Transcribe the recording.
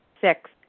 Six